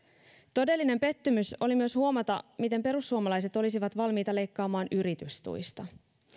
todellinen pettymys oli myös huomata miten perussuomalaiset olisivat valmiita leikkaamaan yritystuista